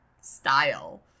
style